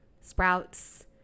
sprouts